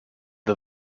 the